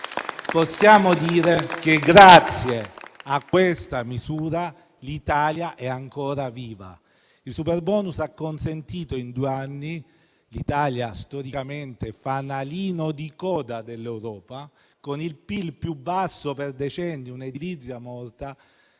Possiamo dire che grazie a questa misura l'Italia è ancora viva. Il superbonus ha consentito in due anni all'Italia, storicamente fanalino di coda dell'Europa, con il PIL più basso per decenni e un'edilizia morta,